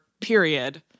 period